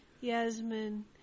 Yasmin